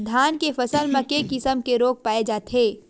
धान के फसल म के किसम के रोग पाय जाथे?